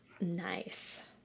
Nice